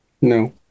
No